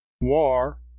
War